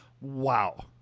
Wow